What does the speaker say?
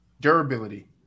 durability